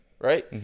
Right